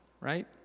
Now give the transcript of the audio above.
right